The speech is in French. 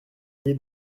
soyez